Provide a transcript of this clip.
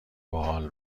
باحال